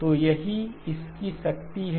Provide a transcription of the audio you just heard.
तो यही इस की शक्ति है